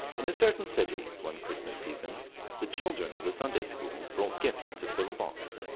in a certain city one christmas season the children of the sunday school brought gifts to fill a box.